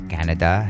Canada